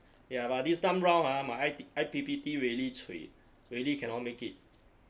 ya but this time round ah my I~ I_P_P_T really cui really cannot make it